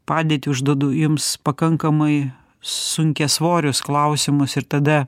padėtį užduodu jums pakankamai sunkiasvorius klausimus ir tada